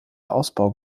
ausbau